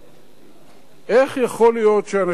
איך יכול להיות שאנשים כמוכם,